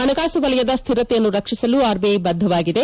ಹಣಕಾಸು ವಲಯದ ಸ್ದಿರತೆಯನ್ನು ರಕ್ಷಿಸಲು ಆರ್ಬಿಐ ಬದ್ದವಾಗಿದೆ